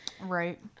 Right